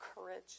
courage